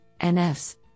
NFs